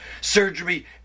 surgery